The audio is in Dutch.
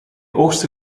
oogstte